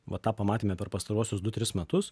va tą pamatėme per pastaruosius du tris metus